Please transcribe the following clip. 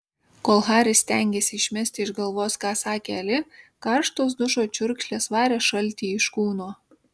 kol haris stengėsi išmesti iš galvos ką sakė ali karštos dušo čiurkšlės varė šaltį iš kūno